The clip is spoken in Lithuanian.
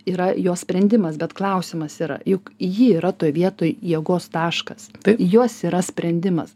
yra jos sprendimas bet klausimas yra juk ji yra toj vietoj jėgos taškas jos yra sprendimas